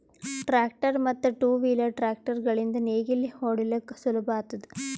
tractor ಮತ್ತ್ two wheel tractor ಗಳಿಂದ್ ನೇಗಿಲ ಹೊಡಿಲುಕ್ ಸುಲಭ ಆತುದ